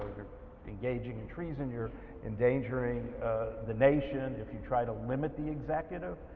engaging in treason you're endangering the nation if you try to limit the executive,